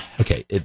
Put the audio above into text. Okay